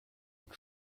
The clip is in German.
und